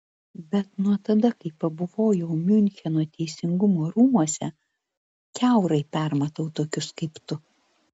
bet nuo tada kai pabuvojau miuncheno teisingumo rūmuose kiaurai permatau tokius kaip tu